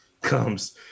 comes